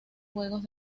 juegos